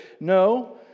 No